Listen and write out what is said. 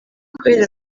kubera